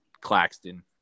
Claxton